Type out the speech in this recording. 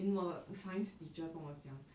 then 我 science teacher 跟我讲